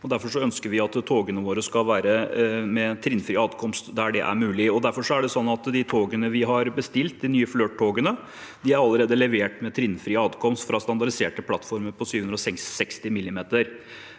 derfor ønsker vi at togene våre skal ha trinnfri adkomst der det er mulig. Derfor er de togene vi har bestilt, de nye Flirttogene, allerede levert med trinnfri adkomst fra standardiserte plattformer på 760 mm.